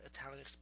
Italian